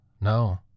No